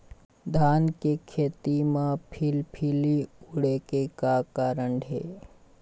धान के खेती म फिलफिली उड़े के का कारण हे?